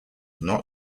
not